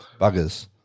Buggers